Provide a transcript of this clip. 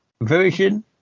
version